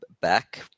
Back